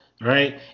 right